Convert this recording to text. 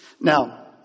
Now